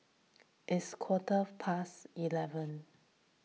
its quarter past eleven